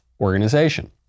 organization